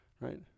Right